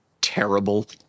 terrible